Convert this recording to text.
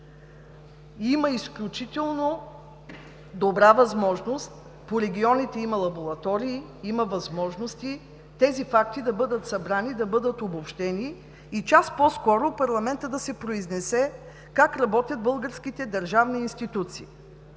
Има изключително добра възможност, по регионите има лаборатории, има възможности тези факти да бъдат събрани и обобщени и час по-скоро парламентът да се произнесе как работят българските държавни институции.